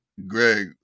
Greg